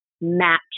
match